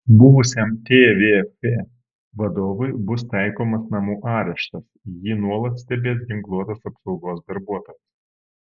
buvusiam tvf vadovui bus taikomas namų areštas jį nuolat stebės ginkluotas apsaugos darbuotojas